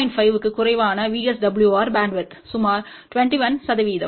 5 க்கும் குறைவான VSWR bandwidth சுமார் 21 சதவீதம்